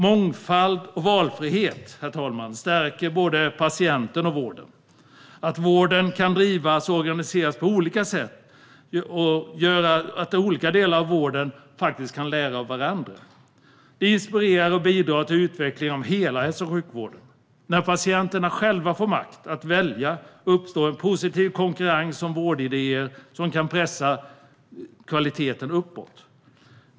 Mångfald och valfrihet, herr talman, stärker både patienten och vården. Att vården kan drivas och organiseras på olika sätt gör att olika delar av vården kan lära av varandra. Det inspirerar och bidrar till utveckling av hela hälso och sjukvården. När patienterna själva får makt att välja uppstår en positiv konkurrens om vårdidéer som kan pressa kvaliteten uppåt.